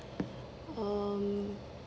um